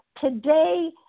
today